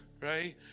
Right